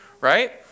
Right